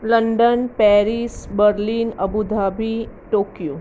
London Paris Berlin Abu Dhabi Tokyo